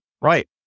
Right